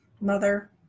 mother